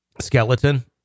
skeleton